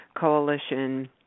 Coalition